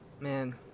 Man